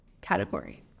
category